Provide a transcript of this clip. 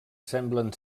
semblen